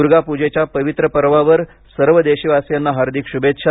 दुर्गा पूजेच्या पवित्र पर्वावर सर्व देशवासियांना हार्दिक शुभेच्छा